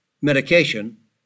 medication